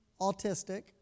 autistic